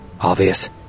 obvious